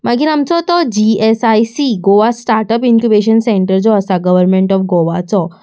मागीर आमचो तो G S I C Goa startup incubation centre जो आसा गव्हर्मेंट ऑफ गोवाचो